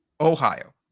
Ohio